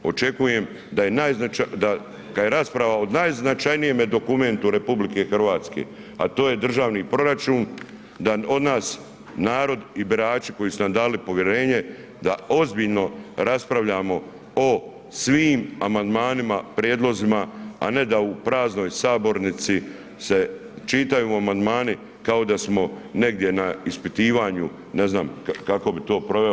Očekujem kada je rasprava o najznačajnijem dokumentu RH, a to je državni proračun da od nas narod i birači koji su nam dali povjerenje da ozbiljno raspravljamo o svim amandmanima, prijedlozima, a ne da u praznoj sabornici se čitaju amandmani kao da smo negdje na ispitivanju ne znam kako bi to proveo.